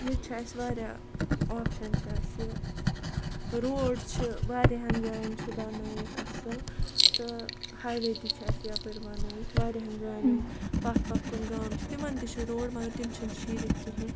ییٚتہِ چھِ اَسہِ واریاہ آپشَن چھِ اَسہِ روڈ چھِ واریاہَن جایَن چھِ بَنٲیِتھ اَصٕل تہٕ ہاے وے تہِ چھِ اَسہِ یَپٲرۍ بَنٲیِتھ واریاہَن جایَن یِم پَتھ پَتھ کُن گام چھِ تِمَن تہِ چھِ روڈ مگر تِم چھِنہٕ شیٖرِتھ کِہیٖنۍ